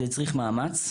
זה הצריך מאמץ,